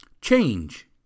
Change